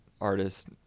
artist